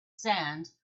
sand